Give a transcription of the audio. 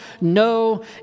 no